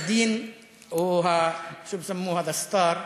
הסדין או (אומר בערבית: איך זה נקרא,